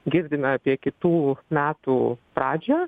girdime apie kitų metų pradžią